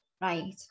Right